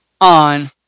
on